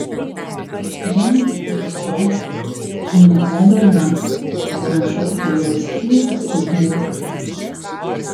žemėn parkritusio brolio tačiau neapleido ajantas tekinas šoko prie jo ir skydu jį uždengė tvirtu